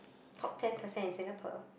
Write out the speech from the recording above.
top ten percent in Singapore